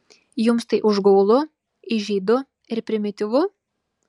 jums tai užgaulu įžeidu ir primityvu